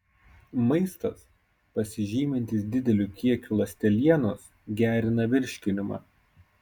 maistas pasižymintis dideliu kiekiu ląstelienos gerina virškinimą